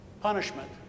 punishment